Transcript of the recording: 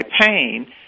pain